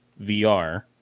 VR